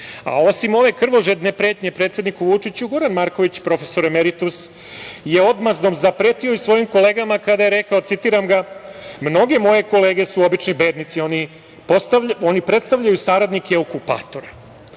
A osim ove krvožedne pretnje predsedniku Vučiću, Goran Marković, profesor emeritus je odmazdom zapretio i svojim kolegama kada je rekao: "Mnoge moje kolege su obični bednici, oni predstavljaju saradnike okupatora,